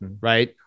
right